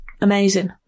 amazing